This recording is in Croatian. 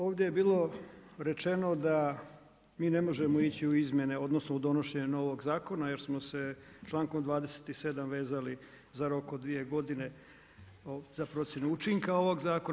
Ovdje je bilo rečeno da mi ne možemo ići u izmjene, odnosno u donošenje novog zakona jer smo se člankom 27. vezali za rok od 2 godine za procjenu učinka ovog zakona.